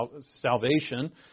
salvation